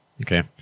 okay